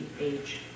age